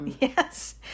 Yes